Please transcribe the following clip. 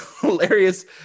hilarious